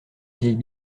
vieille